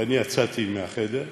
ואני יצאתי מהחדר,